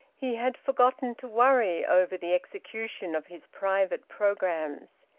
he had forgotten to worry over the execution of his private programmes.